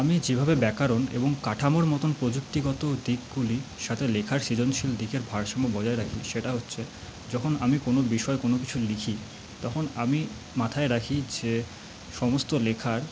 আমি যেভাবে ব্যাকরণ এবং কাঠামোর মতোন প্রযুক্তিগত দিকগুলির সাথে লেখার সৃজনশীল দিকের ভারসাম্য বজায় রাখি সেটা হচ্ছে যখন আমি কোনো বিষয়ে কোনো কিছু লিখি তখন আমি মাথায় রাখি যে সমস্ত লেখার